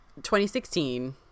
2016